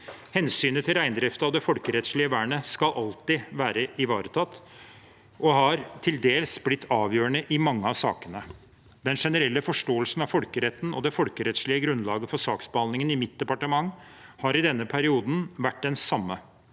Hensynet til reindriften og det folkerettslige vernet skal alltid være ivaretatt og har til dels blitt avgjørende i mange av sakene. Den generelle forståelsen av folkeretten og det folkerettslige grunnlaget for saksbehandlingen i mitt departement har i denne perioden vært den samme.